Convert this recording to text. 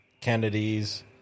Kennedy's